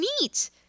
neat